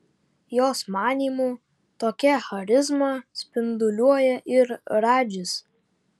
jos manymu tokią charizmą spinduliuoja ir radžis